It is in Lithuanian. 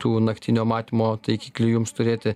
tų naktinio matymo taikiklių jums turėti